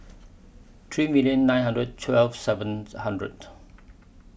three million nine hundred twelve seventh hundred